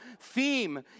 theme